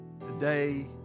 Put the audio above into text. Today